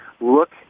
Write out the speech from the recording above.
Look